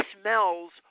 smells